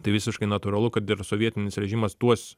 tai visiškai natūralu kad ir sovietinis režimas tuos